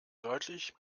deutlich